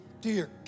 Dear